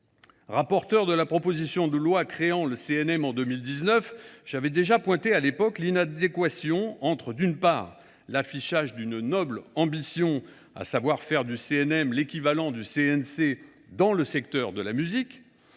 Rapporteur de la proposition de loi créant le CNM en 2019, j’avais pointé à l’époque l’inadéquation entre, d’une part, la noble ambition affichée – faire du CNM l’équivalent du CNC dans le secteur de la musique